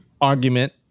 argument